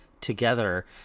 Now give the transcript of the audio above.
together